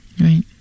Right